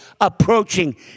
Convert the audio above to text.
approaching